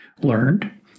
learned